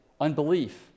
unbelief